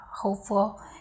hopeful